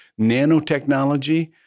Nanotechnology